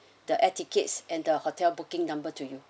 the air tickets and the hotel booking number to you